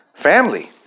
family